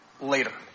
later